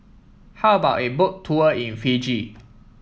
how about a Boat Tour in Fiji